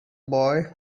boy